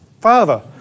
father